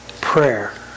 Prayer